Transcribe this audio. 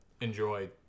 enjoy